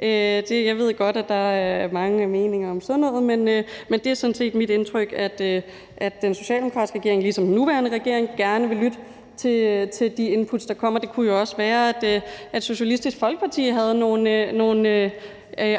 Jeg ved godt, at der er mange meninger om sådan noget, men det er sådan set mit indtryk, at den socialdemokratiske regering ligesom den nuværende regering gerne vil lytte til de inputs, der kommer. Det kunne jo også være, at Socialistisk Folkeparti havde nogle